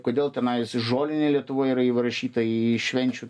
kodėl tenais žolinė lietuvoj yra įrašyta į švenčių